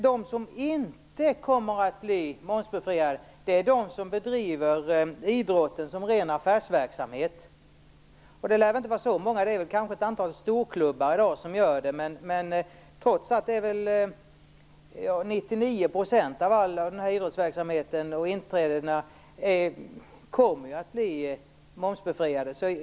De som inte kommer att bli momsbefriade är de som bedriver idrotten som ren affärsverksamhet. Det lär väl inte vara så många. Det är kanske ett antal storklubbar som gör det i dag. Trots allt är väl 99 % av idrottsverksamheten ideell, och inträdena kommer att bli momsbefriade.